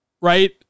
Right